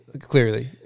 Clearly